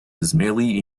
ismaili